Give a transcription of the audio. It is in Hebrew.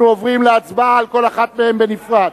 עוברים להצבעה על כל אחת מהן בנפרד.